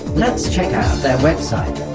let's check out their website!